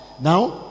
now